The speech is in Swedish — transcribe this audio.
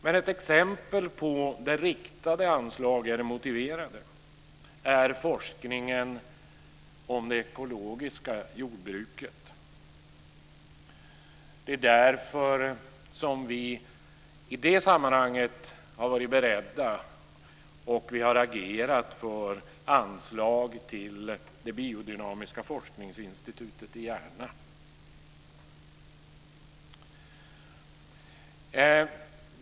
Men ett exempel där riktade anslag är motiverade är forskningen om det ekologiska jordbruket. Det är därför som vi i det sammanhanget har agerat för anslag till Biodynamiska Forskningsinstitutet i Järna.